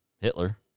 Hitler